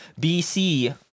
BC